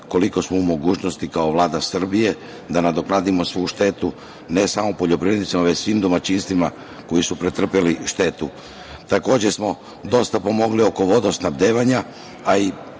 koliko smo u mogućnosti kao Vlada Srbije, da nadoknadimo svu štetu, ne samo poljoprivrednicima, već svim domaćinstvima koji su pretrpeli štetu. Takođe smo dosta pomogli oko vodosnabdevanja, a i